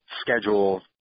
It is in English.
schedule